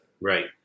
Right